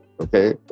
okay